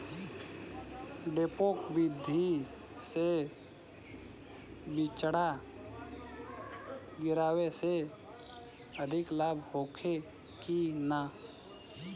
डेपोक विधि से बिचड़ा गिरावे से अधिक लाभ होखे की न?